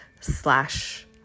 slash